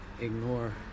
ignore